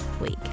week